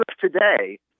today